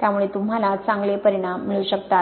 त्यामुळे तुम्हाला चांगले परिणाम मिळू शकतात